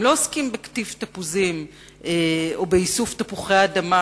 הם לא עוסקים בקטיף תפוזים או באיסוף תפוחי אדמה,